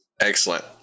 Excellent